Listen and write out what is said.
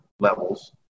Levels